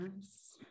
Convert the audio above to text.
Yes